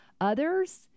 others